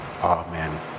Amen